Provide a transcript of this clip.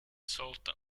sultan